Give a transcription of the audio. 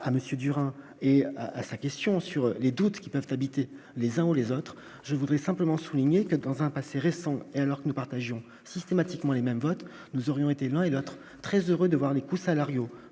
Durand et à sa question sur les doutes qui peuvent habiter les uns ou les autres, je voudrais simplement souligner que dans un passé récent, et alors que nous partagions systématiquement les mêmes votes, nous aurions été l'un et l'autre très heureux de voir les coûts salariaux